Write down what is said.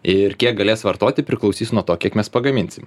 ir kiek galės vartoti priklausys nuo to kiek mes pagaminsim